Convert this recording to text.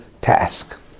task